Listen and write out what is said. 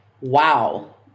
wow